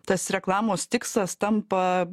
tas reklamos tikslas tampa